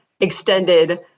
extended